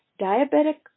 diabetic